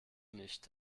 nicht